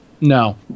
No